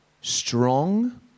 strong